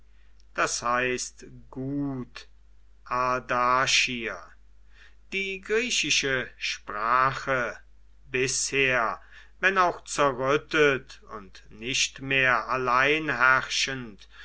das heißt gut ardaschir die griechische sprache bisher wenn auch zerrüttet und nicht mehr alleinherrschend